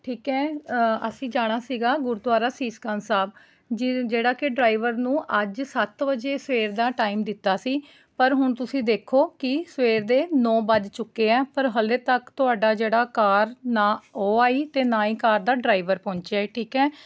ਠੀਕ ਹੈ ਅਸੀਂ ਜਾਣਾ ਸੀਗਾ ਗੁਰਦੁਆਰਾ ਸੀਸ ਗੰਜ ਸਾਹਿਬ ਜਿ ਜਿਹੜਾ ਕਿ ਡਰਾਇਵਰ ਨੂੰ ਅੱਜ ਸੱਤ ਵਜੇ ਸਵੇਰ ਦਾ ਟਾਈਮ ਦਿੱਤਾ ਸੀ ਪਰ ਹੁਣ ਤੁਸੀਂ ਦੇਖੋ ਕਿ ਸਵੇਰ ਦੇ ਨੌ ਵੱਜ ਚੁੱਕੇ ਆ ਪਰ ਹਾਲੇ ਤੱਕ ਤੁਹਾਡਾ ਜਿਹੜਾ ਕਾਰ ਨਾ ਉਹ ਆਈ ਅਤੇ ਨਾ ਹੀ ਕਾਰ ਦਾ ਡਰਾਇਵਰ ਪਹੁੰਚਿਆ ਹੈ ਠੀਕ ਹੈ